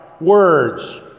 words